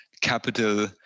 capital